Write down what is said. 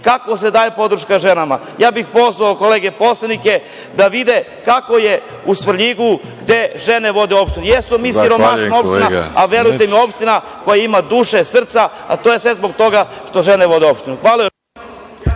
kako se daje podrška ženama. Pozvao bih kolege poslanike da vide kako je u Svrljigu gde žene vode opštinu. Jesmo mi siromašna opština, ali opština koja ima dušu, srce, a to je sve zbog toga što žene vode opštinu. Hvala još